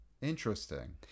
Interesting